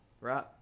right